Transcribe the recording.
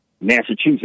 Massachusetts